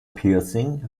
piercing